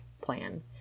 plan